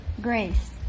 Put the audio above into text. Grace